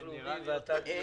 עצה.